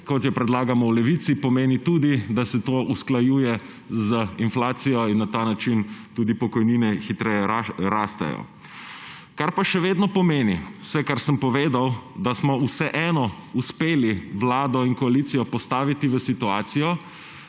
kot jo predlagamo v Levici, pomeni tudi, da se to usklajuje z inflacijo in na ta način tudi pokojnine hitreje rastejo. Kar pa še vedno pomeni vse, kar sem povedal, da smo vseeno uspeli vlado in koalicijo postaviti v situacijo,